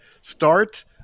start